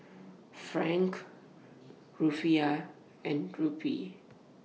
Franc Rufiyaa and Rupee